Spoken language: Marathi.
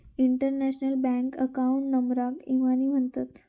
इंटरनॅशनल बँक अकाऊंट नंबराकच इबानी म्हणतत